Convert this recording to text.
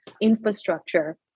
infrastructure